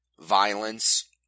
violence